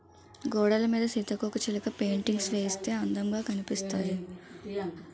గోడలమీద సీతాకోకచిలక పెయింటింగ్స్ వేయిస్తే అందముగా కనిపిస్తాది